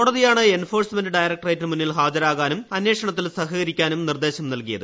കോടതിയാണ് എൻഫോഴ്സ്മെന്റ് ഡയറക്ട്രേറ്റിന് മുന്നിൽ ഹാജരാകാനും അന്വേഷണത്തിൽ സഹകരിക്കാനും നിർദ്ദേശം നൽകിയത്